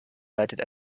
leitet